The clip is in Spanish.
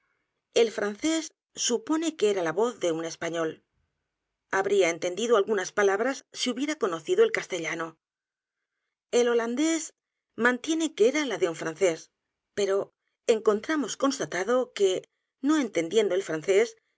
el francés supone que era la voz de u n español habría entendido algunas palabras si hubiera conocido el castellano el holandés mantiene que era la de un francés pero encontramos constatado qué no entendiendo el francés